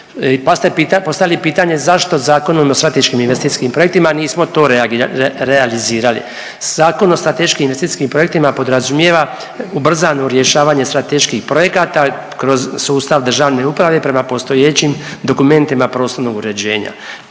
postavili pitanje zašto Zakonom o strateškim investicijskim projektima nismo to realizirali. Zakon o strateškim investicijskim projektima podrazumijeva ubrzanu rješavanje strateških projekata kroz sustav državne uprave prema postojećim dokumentima prostornog uređenja.